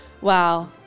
Wow